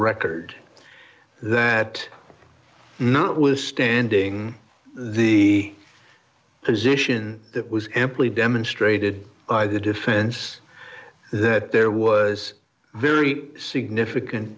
record that notwithstanding the position that was amply demonstrated by the defense that there was a very significant